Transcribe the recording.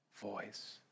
voice